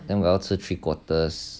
then 我要吃 three quarters